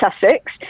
Sussex